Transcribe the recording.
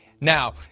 Now